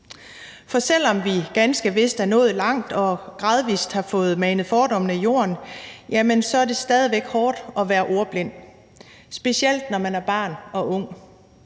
For selv om vi ganske vist er nået langt og gradvis har fået manet fordommene jorden, er det stadig væk hårdt at være ordblind, specielt når man er barn og ung.